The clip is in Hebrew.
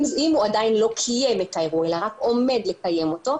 אם הוא עדיין לא קיים את האירוע אלא רק עומד לקיים אותו,